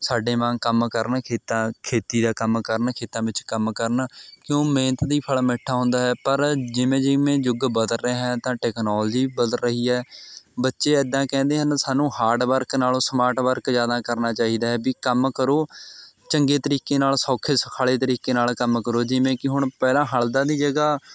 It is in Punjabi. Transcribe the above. ਸਾਡੇ ਵਾਂਗ ਕੰਮ ਕਰਨ ਖੇਤਾਂ ਖੇਤੀ ਦਾ ਕੰਮ ਕਰਨ ਖੇਤਾਂ ਵਿੱਚ ਕੰਮ ਕਰਨ ਕਿਉਂ ਮਿਹਨਤ ਦੀ ਫਲ ਮਿੱਠਾ ਹੁੰਦਾ ਹੈ ਪਰ ਜਿਵੇਂ ਜਿਵੇਂ ਯੁੱਗ ਬਦਲ ਰਿਹਾ ਤਾਂ ਟੈਕਨੋਲਜੀ ਬਦਲ ਰਹੀ ਹੈ ਬੱਚੇ ਇੱਦਾਂ ਕਹਿੰਦੇ ਹਨ ਸਾਨੂੰ ਹਾਰਡ ਵਰਕ ਨਾਲੋਂ ਸਮਾਰਟ ਵਰਕ ਜ਼ਿਆਦਾ ਕਰਨਾ ਚਾਹੀਦਾ ਹੈ ਵੀ ਕੰਮ ਕਰੋ ਚੰਗੇ ਤਰੀਕੇ ਨਾਲ ਸੌਖੇ ਸੁਖਾਲੇ ਤਰੀਕੇ ਨਾਲ ਕੰਮ ਕਰੋ ਜਿਵੇਂ ਕਿ ਹੁਣ ਪਹਿਲਾਂ ਹਲਦਾਂ ਦੀ ਜਗ੍ਹਾ